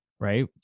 Right